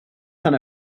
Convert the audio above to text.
son